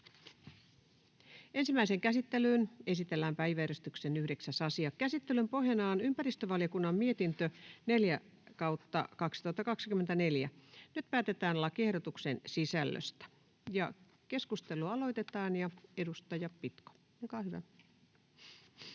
Ensimmäiseen käsittelyyn esitellään päiväjärjestyksen 9. asia. Käsittelyn pohjana on ympäristövaliokunnan mietintö YmVM 4/2024 vp. Nyt päätetään lakiehdotuksen sisällöstä. Aloitetaan keskustelu. — Edustaja Pitko, olkaa hyvä.